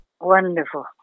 Wonderful